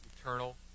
eternal